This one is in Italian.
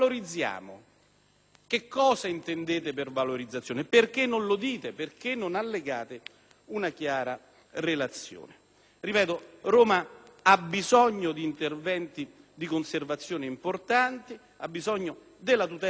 Cosa intendete per "valorizzazione"? Perché non allegate una chiara relazione? Ripeto: Roma ha bisogno di interventi di conservazione importanti, della tutela dello Stato;